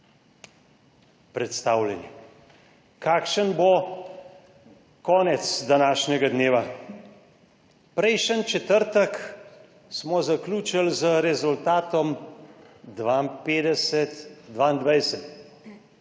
predstavljeni. Kakšen bo konec današnjega dneva? Prejšnji četrtek smo zaključili z rezultatom 52:22,